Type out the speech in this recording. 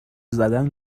زدن